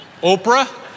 Oprah